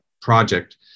project